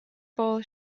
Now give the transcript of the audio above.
bowl